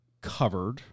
covered